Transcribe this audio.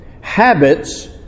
Habits